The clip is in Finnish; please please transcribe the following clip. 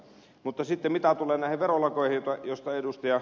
mutta mitä tulee näihin verolakeihin joista ed